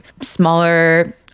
smaller